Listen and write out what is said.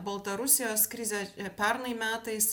baltarusijos krizė pernai metais